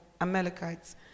Amalekites